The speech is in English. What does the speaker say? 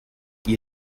you